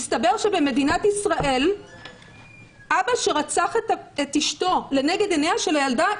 מסתבר שבמדינת ישראל אבא שרצח את אשתו לנגד עיניה של הילדה,